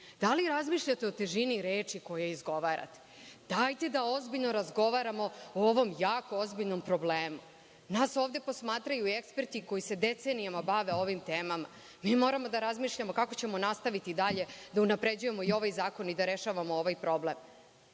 Da li razmišljate o težini reči koje izgovarate? Dajte da ozbiljno razgovaramo o ovom jako ozbiljnom problemu. Nas ovde posmatraju eksperti koji se decenijama bave ovim temama. Mi moramo da razmišljamo kako ćemo nastaviti dalje da unapređujemo i ovaj zakon i da rešavamo ovaj